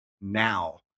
now